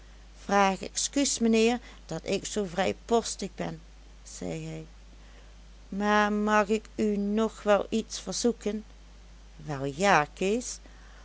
vraag escuus meheer dat ik zoo vrijpostig ben zei hij maar mag ik u nog wel iets verzoeken wel ja kees